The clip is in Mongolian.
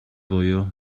буюу